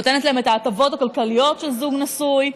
נותנת להם את ההטבות הכלכליות כזוג נשוי,